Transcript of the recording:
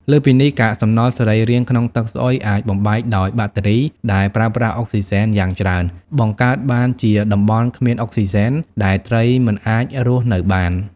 លើសពីនេះ កាកសំណល់សរីរាង្គក្នុងទឹកស្អុយអាចបំបែកដោយបាក់តេរីដែលប្រើប្រាស់អុកស៊ីហ្សែនយ៉ាងច្រើន បង្កើតបានជាតំបន់គ្មានអុកស៊ីហ្សែន ដែលត្រីមិនអាចរស់នៅបាន។